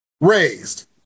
raised